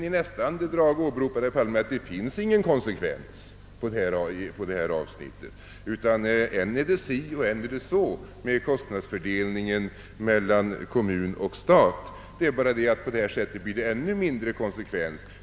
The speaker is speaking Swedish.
I nästa andetag åberopar herr Palme emellertid att det inte finns någon konsekvens, utan det är än si och än så med kostnadsfördelningen mellan stat och kommun. På det här sättet blir det ännu mindre konsekvens.